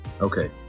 okay